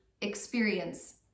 experience